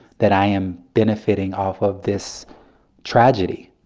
that i am benefiting off of this tragedy.